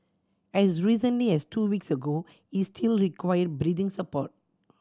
as recently as two weeks ago he still required breathing support